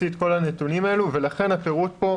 את כל הנתונים האלו ולכן הפירוט כאן,